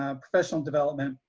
um professional development,